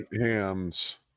hams